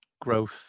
growth